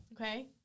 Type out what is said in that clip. Okay